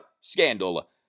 scandal